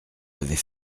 avait